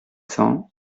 cents